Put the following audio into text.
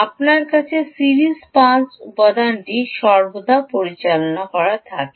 আপনার কাছে series pass উপাদানটি সর্বদা পরিচালনা করে থাকে